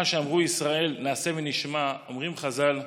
אומרים חז"ל: